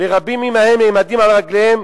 ורבים עמהם נעמדים על רגליהם